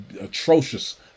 atrocious